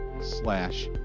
slash